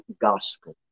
gospel